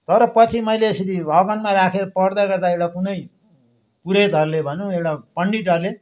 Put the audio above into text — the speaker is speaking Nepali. तर पछि मैले यसरी भग्वानमा राखेर पढ्दै गर्दा एउटा कुनै पुरोहितहरूले भनौँ एउटा पण्डितहरूले